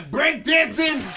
Breakdancing